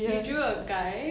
you drew a guy